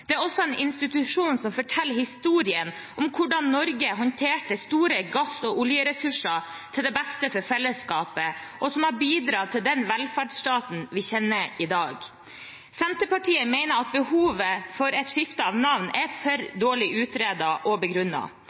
Det er også en institusjon som forteller historien om hvordan Norge håndterte store gass- og oljeressurser til det beste for fellesskapet, og som har bidratt til den velferdsstaten vi kjenner i dag. Senterpartiet mener at behovet for et skifte av navn er for dårlig utredet og